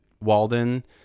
Walden